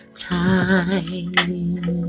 time